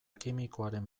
kimikoaren